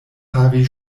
havi